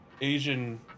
Asian